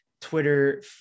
Twitter